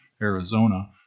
Arizona